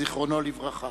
זיכרונו לברכה.